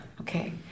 Okay